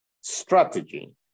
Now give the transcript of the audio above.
strategy